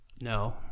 No